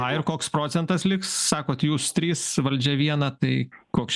na ir koks procentas liks sakot jūs trys valdžia viena tai koks čia bus kompromisas vienas